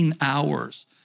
hours